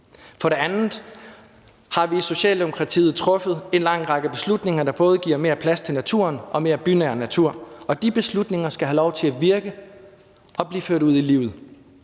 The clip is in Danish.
For det andet har vi i Socialdemokratiet truffet en lang række beslutninger, der både giver mere plads til naturen og mere bynær natur, og de beslutninger skal have lov til at virke og blive ført ud i livet,